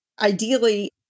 ideally